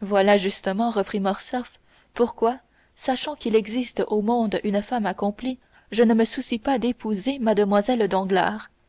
voilà justement reprit morcerf pourquoi sachant qu'il existe au monde une femme accomplie je ne me soucie pas d'épouser mlle danglars